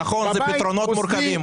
בבית או בחוץ,